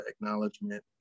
acknowledgement